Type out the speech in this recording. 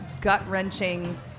gut-wrenching